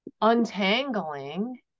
Untangling